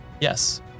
Yes